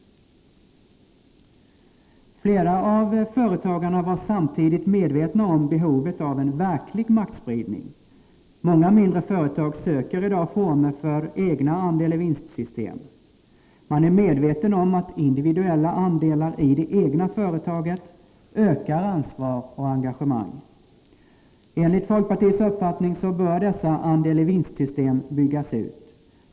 Flera av företagarna var samtidigt medvetna om behovet av en verklig maktspridning. Många mindre företag söker i dag former för egna andel-i vinst-system. Man är medveten om att individuella andelar i det egna företaget ökar ansvar och engagemang. Enligt folkpartiets uppfattning bör dessa andel-i-vinst-system byggas ut.